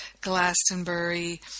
Glastonbury